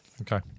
Okay